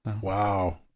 Wow